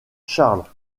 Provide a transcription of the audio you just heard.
charles